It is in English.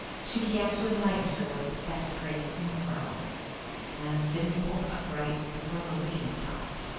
she began to enlighten her with the best grace in the world and, sitting bolt upright before the wicked dot,